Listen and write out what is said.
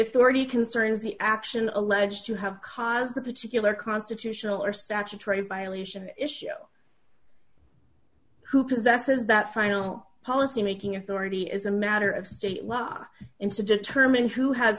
authority concerns the action alleged to have caused the particular constitutional or statutory violation issue who possesses that final policy making authority is a matter of state law into determining who ha